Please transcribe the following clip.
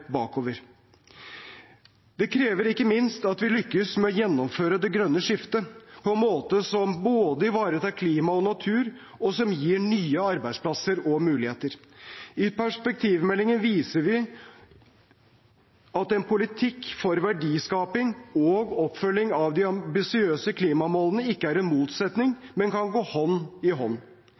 minst at vi lykkes med å gjennomføre det grønne skiftet på en måte som både ivaretar klima og natur og gir nye arbeidsplasser og muligheter. I perspektivmeldingen viser vi at en politikk for verdiskaping og oppfølging av våre ambisiøse klimamål ikke står i motsetning til hverandre, men kan gå hånd i hånd.